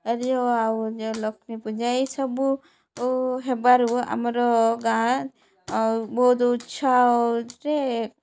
ଏରି ଆଉ ଲକ୍ଷ୍ମୀ ପୂଜା ଏଇସବୁ ହେବାରୁ ଆମର ଗାଁ ଆଉ ବହୁତ ଉଚ୍ଛରେ